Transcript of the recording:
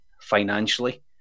financially